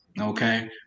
Okay